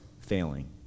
failing